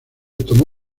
tomó